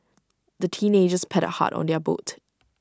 the teenagers paddled hard on their boat